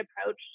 approach